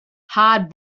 hard